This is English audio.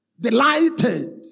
delighted